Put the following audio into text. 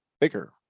bigger